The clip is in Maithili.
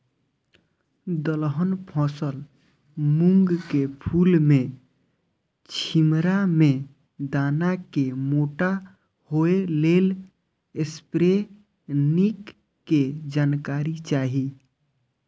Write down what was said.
दलहन फसल मूँग के फुल में छिमरा में दाना के मोटा होय लेल स्प्रै निक के जानकारी चाही?